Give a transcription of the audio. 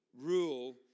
rule